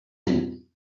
him